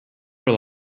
rely